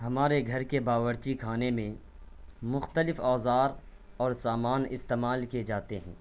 ہمارے گھر کے باورچی خانے میں مختلف اوزار اور سامان استعمال کیے جاتے ہیں